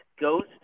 ghost